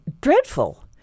dreadful